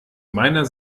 meiner